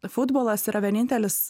futbolas yra vienintelis